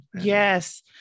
Yes